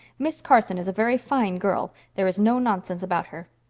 miss carson is a very fine girl. there is no nonsense about her.